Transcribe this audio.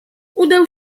udał